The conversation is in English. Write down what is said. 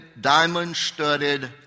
diamond-studded